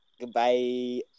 Goodbye